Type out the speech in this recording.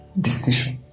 decision